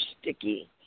sticky